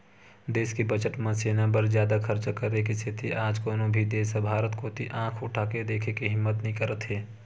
देस के बजट म सेना बर जादा खरचा करे के सेती आज कोनो भी देस ह भारत कोती आंखी उठाके देखे के हिम्मत नइ करत हे